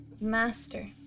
master